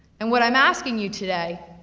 and what i'm asking you today,